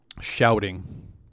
shouting